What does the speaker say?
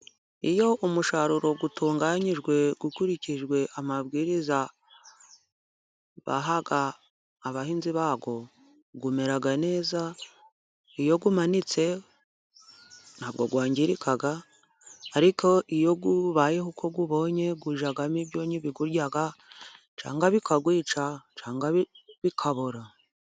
Iyo umusaruro utunganyijwe ukurikijwe amabwiriza baha abahinzi bawo umera neza, iyo umanitse ntabwo wangirika, ariko iyo ubayeho uko ubonye ujyamo ibyonnyi biwurya cyangwa bikawica cyangwa bikabora.